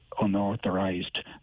unauthorized